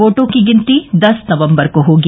वोटों की गिनती दस नवम्बर को होगी